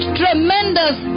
tremendous